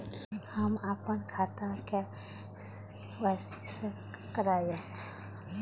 हम अपन खाता के के.वाई.सी के करायब?